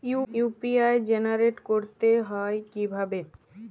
UPI generate করতে হয় কিভাবে?